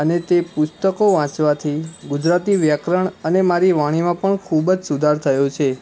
અને તે પુસ્તકો વાંચવાથી ગુજરાતી વ્યાકરણ અને મારી વાણીમાં પણ ખૂબ જ સુધાર થયો છે